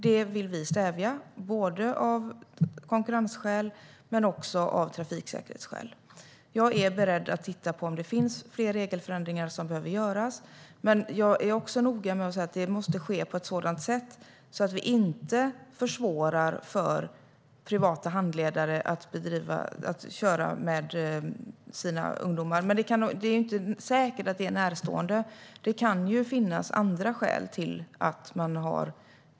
Detta vill vi stävja av konkurrensskäl men också av trafiksäkerhetsskäl. Jag är beredd att titta på om fler regelförändringar behöver göras, men det måste i så fall ske på ett sådant sätt att vi inte försvårar för privata handledare att övningsköra med sina ungdomar. Men det är inte säkert att de måste vara närstående.